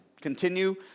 continue